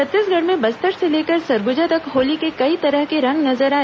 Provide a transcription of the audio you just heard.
छत्तीसगढ़ में बस्तर से लेकर सरगुजा तक होली के कई तरह के रंग नजर आए